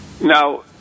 Now